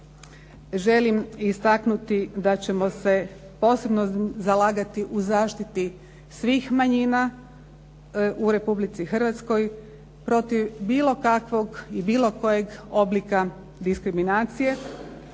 želim istaknuti da ćemo se posebno zalagati u zaštiti svih manjina u Republici Hrvatskoj protiv bilo kakvog i bilo kojeg oblika diskriminacije.